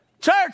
Church